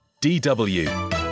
DW